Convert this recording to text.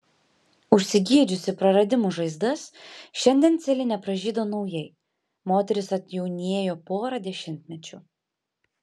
užsigydžiusi praradimų žaizdas šiandien celine pražydo naujai moteris atjaunėjo pora dešimtmečių